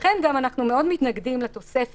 לכן אנחנו גם מתנגדים מאוד לתוספת